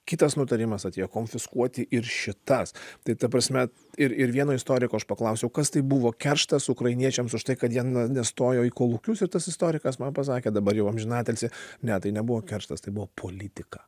kitas nutarimas atėjo konfiskuoti ir šitas tai ta prasme ir ir vieno istoriko aš paklausiau kas tai buvo kerštas ukrainiečiams už tai kad jie nestojo į kolūkius ir tas istorikas man pasakė dabar jau amžinatilsį ne tai nebuvo kerštas tai buvo politika